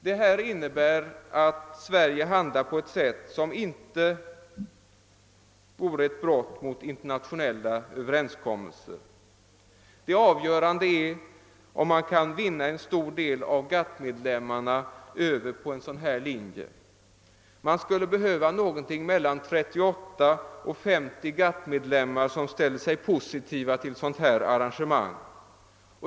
Mitt förslag innebär att Sverige handlar på ett sätt som inte på något vis bryter internationella överenskommelser. Det avgörande är om man kan vinna en stor del av GATT-medlemmarna över på en sådan linje. Det skulle behövas att mellan 38 och 50 GATT-medlemmar ställde sig positiva till ett sådant arrangemang.